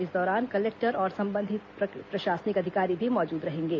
इस दौरान कलेक्टर और संबंधित प्रशासनिक अधिकारी भी मौजूद रहेंगे